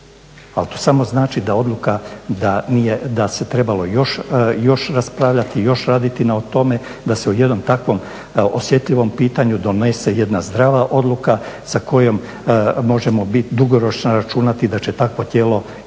Ali to samo znači da odluka, da se trebalo još raspravljati, još raditi na tome da se o jednom takvom osjetljivom pitanju donese jedna zdrava odluka sa kojom možemo biti, dugoročno računati da će takvo tijelo imate,